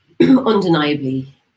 undeniably